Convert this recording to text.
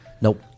Nope